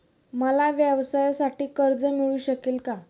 मला व्यवसायासाठी कर्ज मिळू शकेल का?